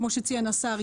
כמו שציין השר,